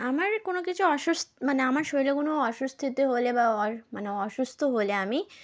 আমার কোনো কিছু অসস মানে আমার শরীরে কোনো অস্বস্তিতে হলে বা অসু মানে অসুস্থ হলে আমি